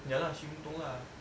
ya lah she untung lah